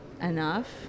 enough